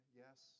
yes